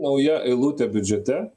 nauja eilutė biudžete